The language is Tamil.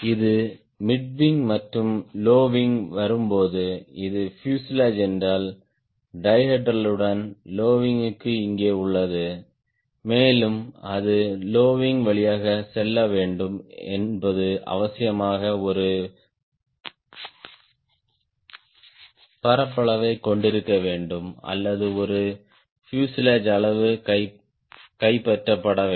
இது மிட் விங் மற்றும் லோ விங்க்கு வரும்போது இது பியூசேலாஜ் என்றால் டைஹெட்ரலுடன் லோ விங்க்கு இங்கே உள்ளது மேலும் அது லோ விங் வழியாக செல்ல வேண்டும் என்பது அவசியமாக ஒரு பரப்பளவைக் கொண்டிருக்க வேண்டும் அல்லது ஒரு பியூசேலாஜ் அளவு கைப்பற்றப்பட வேண்டும்